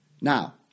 Now